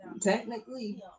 Technically